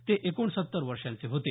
ते एकोणसत्तर वर्षांचे होते